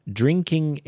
drinking